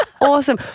awesome